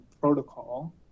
protocol